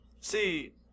See